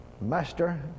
Master